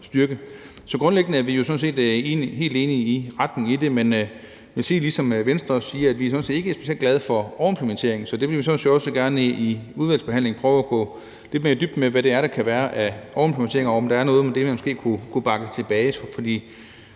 styrte. Så grundlæggende er vi sådan set helt enige i retningen i det, men jeg vil sige ligesom Venstre, at vi ikke er specielt glade for overimplementering. Så vi vil sådan set også gerne i udvalgsbehandlingen prøve at gå lidt mere i dybden med, hvad der kan være af overimplementering, og om der er noget af det, som man måske kan rulle tilbage.